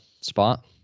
spot